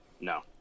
No